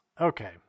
Okay